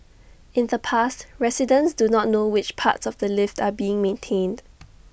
in the past residents do not know which parts of the lift are being maintained